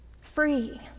free